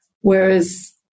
Whereas